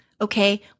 Okay